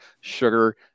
sugar